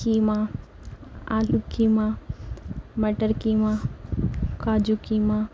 قیمہ آلو قیمہ مٹر قیمہ کاجو قیمہ